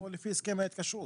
או לפי הסכם ההתקשרות.